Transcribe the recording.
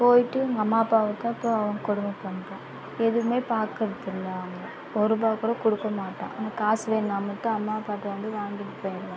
போயிவிட்டு எங்கள் அம்மா அப்பா கொடுமை பண்ணுற எதுவுமே பார்க்குறது இல்லை அவங்கள ஒரு ரூபா கூட கொடுக்க மாட்டா ஆனால் காசு வேணும்னா மட்டும் அம்மா அப்பாவுக்கு வந்து வாங்கிகிட்டு போயிருவா